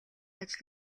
ажил